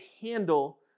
handle